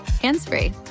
hands-free